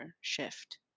shift